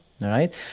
right